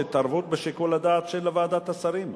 התערבות בשיקול הדעת של ועדת השרים,